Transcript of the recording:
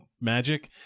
magic